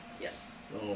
Yes